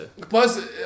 Plus